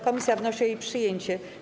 Komisja wnosi o jej przyjęcie.